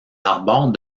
arborent